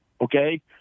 okay